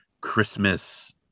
Christmas